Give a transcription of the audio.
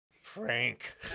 Frank